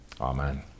Amen